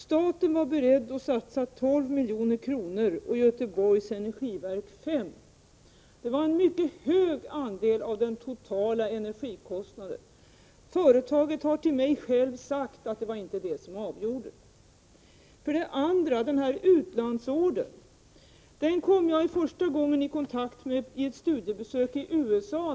Staten var beredd att satsa 12 milj.kr. och Göteborgs energiverk 5 milj.kr. Det var en mycket hög andel av den totala energikostnaden. sagt att det inte var den avgörande orsaken. För det andra vill jag när det gäller utlandsordern säga att jag första gången kom i kontakt med den vid ett studiebesök i USA.